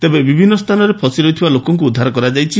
ତେବେ ବିଭିନ୍ନ ସ୍ଚାନରେ ଫସିରହିଥିବା ଲୋକଙ୍ଙୁ ଉଦ୍ଧାର କରାଯାଇଛି